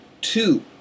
two